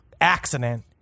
accident